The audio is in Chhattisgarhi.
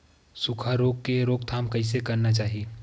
सुखा रोग के रोकथाम कइसे करना चाही?